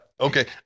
Okay